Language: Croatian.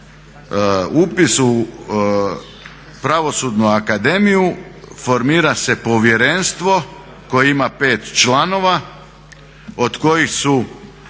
upis u Pravosudnu akademiju formira se povjerenstvo koje ima 5 članova od kojih su